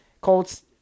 Colts